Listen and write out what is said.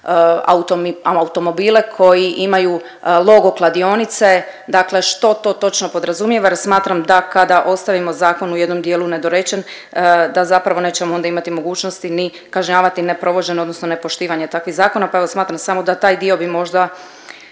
automobile koji imaju logo kladionice, dakle što to točno podrazumijeva jer smatram da kada ostavimo zakon u jednom dijelu nedorečen da zapravo nećemo onda imati mogućnosti ni kažnjavati neprovođenje odnosno nepoštivanje takvih zakona, pa evo smatram samo da taj dio bi možda